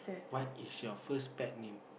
what is your first pet name